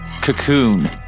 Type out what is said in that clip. cocoon